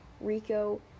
rico